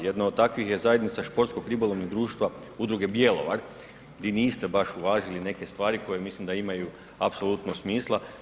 Jedna od takvih je zajednica Športskog-ribolovnog društva Udruge Bjelovar gdje niste baš uvažili neke stvari koje mislim da imaju apsolutno smisla.